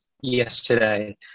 yesterday